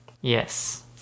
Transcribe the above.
Yes